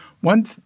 one